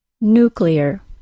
Nuclear